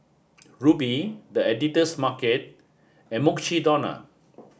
Rubi The Editor's Market and Mukshidonna